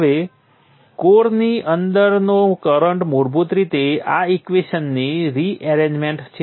હવે કોરની અંદરનો કરંટ મૂળભૂત રીતે આ ઈક્વેશનની રીએરેંજમેંટ છે